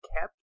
kept